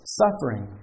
suffering